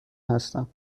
هستم